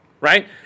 Right